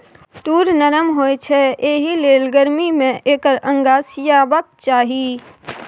तूर नरम होए छै एहिलेल गरमी मे एकर अंगा सिएबाक चाही